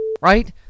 right